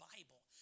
Bible